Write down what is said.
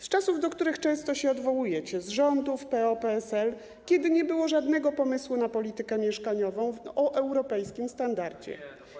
Z czasów, do których często się odwołujecie, z rządów PO-PSL, kiedy nie było żadnego pomysłu na politykę mieszkaniową o europejskim standardzie.